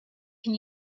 can